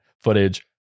footage